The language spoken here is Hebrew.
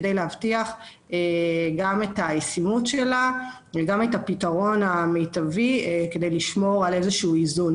כדי להבטיח אם הישימות שלה ואת הפתרון המיטבי כדי לשמור על איזשהו איזון